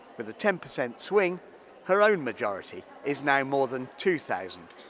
with a ten percent swing her own majority is now more than two thousand.